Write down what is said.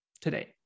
today